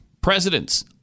presidents